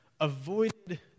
avoided